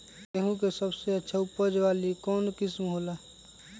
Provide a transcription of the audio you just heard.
गेंहू के सबसे अच्छा उपज वाली कौन किस्म हो ला?